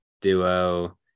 duo